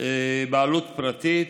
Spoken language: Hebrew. בעלות פרטית,